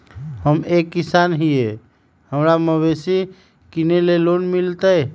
हम एक किसान हिए हमरा मवेसी किनैले लोन मिलतै?